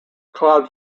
cloud